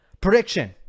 Prediction